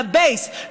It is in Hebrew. מה-base,